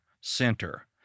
center